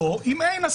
לא, אם אין הסכמה.